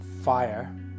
fire